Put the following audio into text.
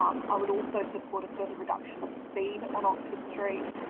um i would also support a further reduction of speed on oxford street.